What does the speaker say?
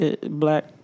Black